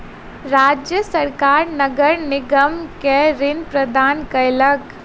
राज्य सरकार नगर निगम के ऋण प्रदान केलक